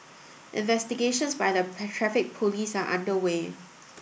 investigations by the Traffic Police are underway